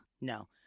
No